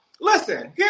Listen